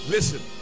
Listen